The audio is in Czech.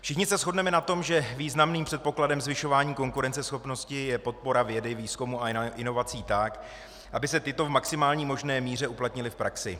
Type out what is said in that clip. Všichni se shodneme na tom, že významným předpokladem zvyšování konkurenceschopnosti je podpora vědy, výzkumu a inovací tak, aby se tyto v maximální možné míře uplatnily v praxi.